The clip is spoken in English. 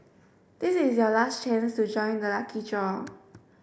this is your last chance to join the lucky draw